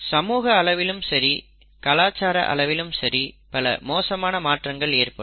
சமூக அளவிலும் சரி கலாச்சார அளவிலும் சரி பல மோசமான மாற்றங்கள் ஏற்படும்